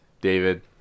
David